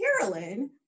Carolyn